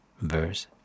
verse